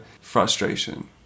frustration